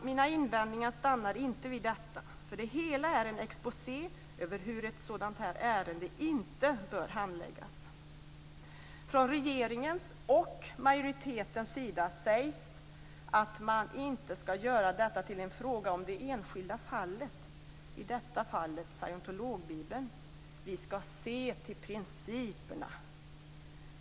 Mina invändningar stannar inte vid detta, för det hela är en exposé över hur ett sådant här ärende inte bör handläggas. Från regeringens och majoritetens sida sägs det att man inte ska göra detta till en fråga om det enskilda fallet, i detta fall scientologbibeln - vi ska se till principerna.